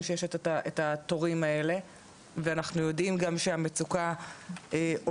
שיש את התורים האלה ואנחנו יודעים גם שהמצוקה עולה,